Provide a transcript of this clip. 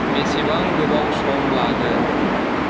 बेसेबां गोबाव सम लागोन